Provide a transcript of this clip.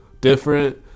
different